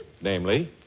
namely